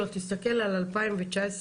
תסתכל על 2019,